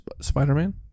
Spider-Man